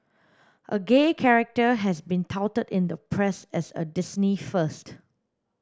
a gay character has been touted in the press as a Disney first